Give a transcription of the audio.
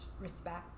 respect